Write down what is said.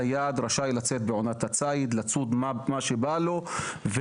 צייד ראשי לצאת בעונת הצייד לצוד מה שבא לו.